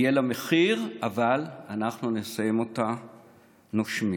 יהיה לה מחיר, אבל אנחנו נסיים אותה נושמים.